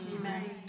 Amen